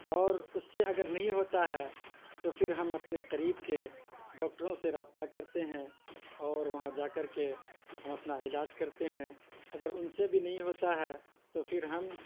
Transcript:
اور اس سے اگر نہیں ہوتا ہے تو پھر ہم اپنے قریب کے ڈاکٹروں سے رابطہ کرتے ہیں اور وہاں جا کر کے ہم اپنا علاج کرتے ہیں اگر ان سے بھی نہیں ہوتا ہے تو پھر ہم